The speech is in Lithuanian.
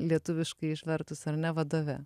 lietuviškai išvertus ar ne vadove